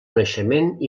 naixement